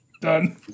Done